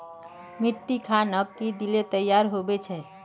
मिट्टी खानोक की दिले तैयार होबे छै?